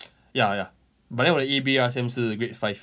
ya ya but then 我的 A_B_R_S_M 是 grade five